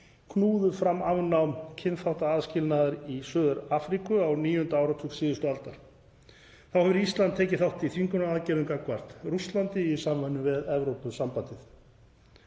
knúðu fram afnám kynþáttaaðskilnaðar í Suður-Afríku á níunda áratug síðustu aldar. Þá hefur Ísland tekið þátt í þvingunaraðgerðum gagnvart Rússlandi í samvinnu við Evrópusambandið.